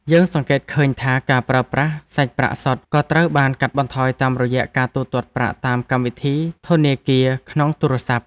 យើងសង្កេតឃើញថាការប្រើប្រាស់សាច់ប្រាក់សុទ្ធក៏ត្រូវបានកាត់បន្ថយតាមរយៈការទូទាត់ប្រាក់តាមកម្មវិធីធនាគារក្នុងទូរស័ព្ទ។